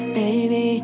baby